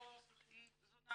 שאשתו היא זונה